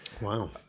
Wow